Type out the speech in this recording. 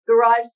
garage